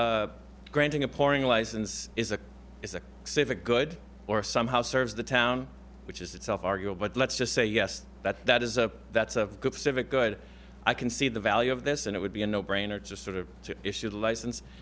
that granting a pouring license is a is a civic good or somehow serves the town which is itself our goal but let's just say yes that that is a that's a good civic good i can see the value of this and it would be a no brainer just sort of issued a license